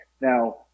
Now